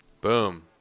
Boom